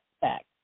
back